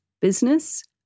business